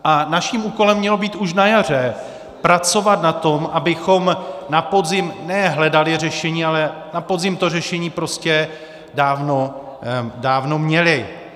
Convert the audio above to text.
A naším úkolem mělo být už na jaře pracovat na tom, abychom na podzim ne hledali řešení, ale na podzim to řešení prostě dávno měli.